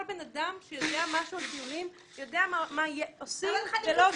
כל בן אדם שיודע משהו על טיולים יודע מה עושים ולא עושים.